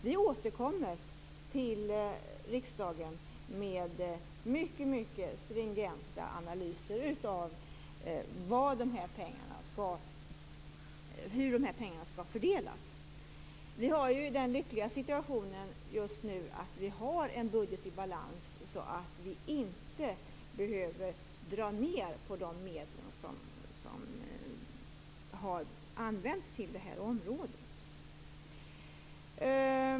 Vi återkommer till riksdagen med mycket stringenta analyser av hur dessa pengar skall fördelas. Vi har just nu den lyckliga situationen att budgeten är i balans så att vi inte behöver dra ned på de medel som har använts till det här området.